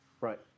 Right